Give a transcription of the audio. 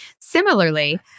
similarly